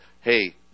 hey